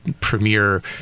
premier